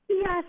Yes